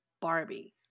Barbie